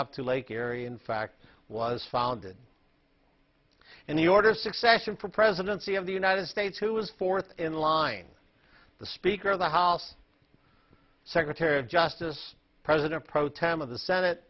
up to lake erie in fact was founded in the order of succession for presidency of the united states who was fourth in line the speaker of the house secretary of justice president pro tem of the senate